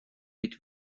mit